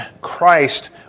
Christ